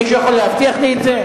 מישהו יכול להבטיח לי את זה?